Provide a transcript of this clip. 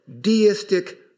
deistic